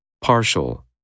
Partial